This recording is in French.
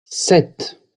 sept